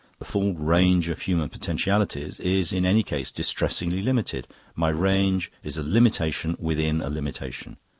the full range of human potentialities is in any case distressingly limited my range is a limitation within a limitation.